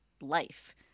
life